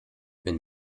wenn